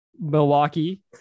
Milwaukee